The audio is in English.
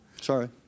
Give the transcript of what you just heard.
Sorry